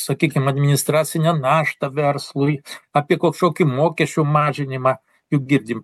sakykim administracinę naštą verslui apie kažkokį mokesčių mažinimą juk girdim